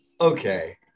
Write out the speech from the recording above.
okay